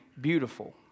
beautiful